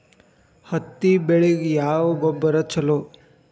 ಹತ್ತಿ ಬೆಳಿಗ ಯಾವ ಗೊಬ್ಬರ ಛಲೋ?